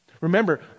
Remember